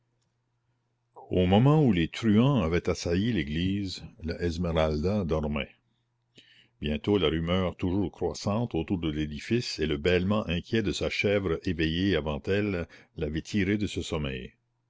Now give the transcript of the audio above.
au moment où les truands avaient assailli l'église la esmeralda dormait bientôt la rumeur toujours croissante autour de l'édifice et le bêlement inquiet de sa chèvre éveillée avant elle l'avaient tirée de ce sommeil